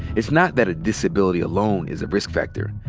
it's not that a disability alone is a risk factor.